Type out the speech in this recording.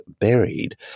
buried